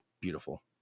beautiful